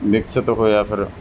ਵਿਕਸਿਤ ਹੋਇਆ ਫਿਰ